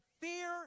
fear